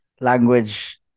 language